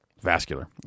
vascular